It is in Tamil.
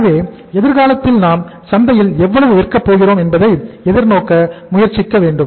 எனவே எதிர்காலத்தில் நாம் சந்தையில் எவ்வளவு விற்கப் போகிறோம் என்பதை எதிர்நோக்க முயற்சிக்க வேண்டும்